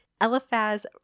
Eliphaz